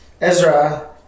Ezra